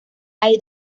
hay